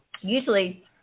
usually